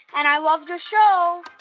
and i love your show